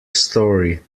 story